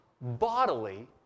bodily